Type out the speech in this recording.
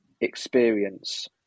experience